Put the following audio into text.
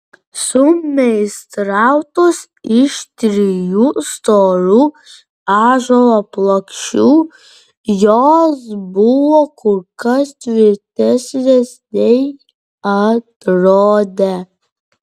sumeistrautos iš trijų storų ąžuolo plokščių jos buvo kur kas tvirtesnės nei atrodė